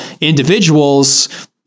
individuals